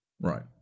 Right